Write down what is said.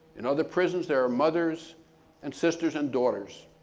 in other prisons, there are mothers and sisters and daughters.